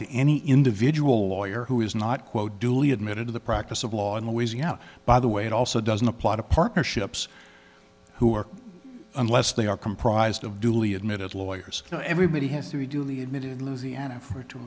to any individual lawyer who is not quote duly admitted to the practice of law and wheezing out by the way it also doesn't apply to partnerships who are unless they are comprised of duly admitted lawyers everybody has to be duly admitted louisiana for to to